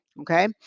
Okay